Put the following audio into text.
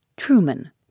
Truman